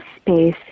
space